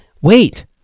wait